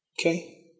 Okay